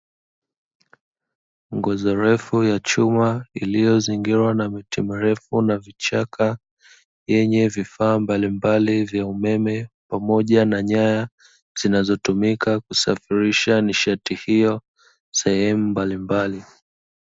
Nguzo refu ya chuma iliyozingilwa na miti mirefu na vichaka, yenye vifaa mbalimbali vya umeme pamoja na nyaya zinazotumika kusafirisha nishati hiyo sehemu mbalimbali.